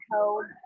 Code